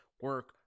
Work